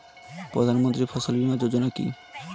প্রধানমন্ত্রী ফসল বীমা যোজনা কি?